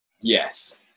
Yes